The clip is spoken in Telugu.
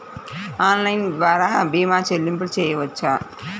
ఆన్లైన్ ద్వార భీమా చెల్లింపులు చేయవచ్చా?